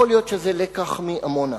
יכול להיות שזה לקח מעמונה: